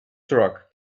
truck